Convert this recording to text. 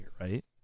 right